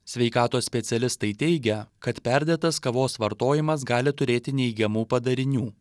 sveikatos specialistai teigia kad perdėtas kavos vartojimas gali turėti neigiamų padarinių